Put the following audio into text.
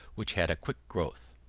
which had a quick growth.